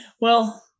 Well-